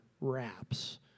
wraps